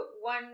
one